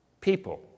people